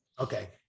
Okay